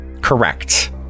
Correct